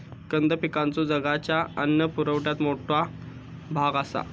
कंद पिकांचो जगाच्या अन्न पुरवठ्यात मोठा भाग आसा